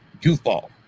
Goofball